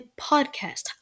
podcast